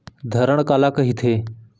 धरण काला कहिथे?